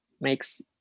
makes